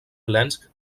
plens